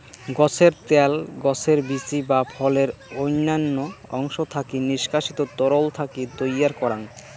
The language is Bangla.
গছের ত্যাল, গছের বীচি বা ফলের অইন্যান্য অংশ থাকি নিষ্কাশিত তরল থাকি তৈয়ার করাং